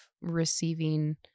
receiving